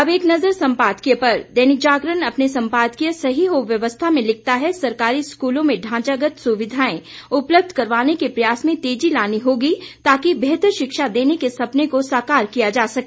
अब एक नजर संपादकीय पर दैनिक जागरण अपने संपादकीय सही हो व्यवस्था में लिखता है सरकारी स्कूलों में ढांचागत सुविधाएं उपलब्ध करवाने के प्रयास में तेजी लानी होगी ताकि बेहतर शिक्षा देने के सपने को साकार किया जा सके